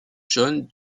john